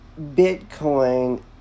Bitcoin